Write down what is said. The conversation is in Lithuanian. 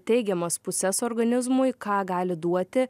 teigiamas puses organizmui ką gali duoti